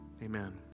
Amen